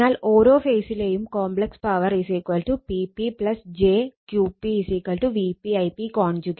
അതിനാൽ ഓരോ ഫേസിലെയും complex power Pp jQp Vp Ip